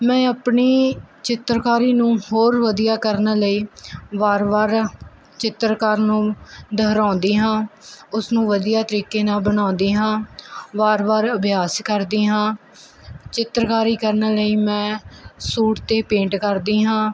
ਮੈਂ ਆਪਣੀ ਚਿੱਤਰਕਾਰੀ ਨੂੰ ਹੋਰ ਵਧੀਆ ਕਰਨ ਲਈ ਵਾਰ ਵਾਰ ਚਿੱਤਰਕਾਰ ਨੂੰ ਦੁਹਰਾਉਂਦੀ ਹਾਂ ਉਸਨੂੰ ਵਧੀਆ ਤਰੀਕੇ ਨਾਲ ਬਣਾਉਂਦੀ ਹਾਂ ਵਾਰ ਵਾਰ ਅਭਿਆਸ ਕਰਦੀ ਹਾਂ ਚਿੱਤਰਕਾਰੀ ਕਰਨ ਲਈ ਮੈਂ ਸੂਟ 'ਤੇ ਪੇਂਟ ਕਰਦੀ ਹਾਂ